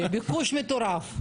ביקוש מטורף.